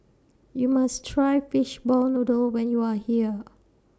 YOU must Try Fishball Noodle when YOU Are here